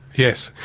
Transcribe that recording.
yes.